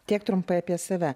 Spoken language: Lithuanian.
tiek trumpai apie save